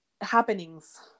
happenings